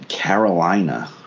Carolina